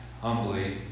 humbly